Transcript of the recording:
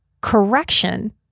correction